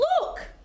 look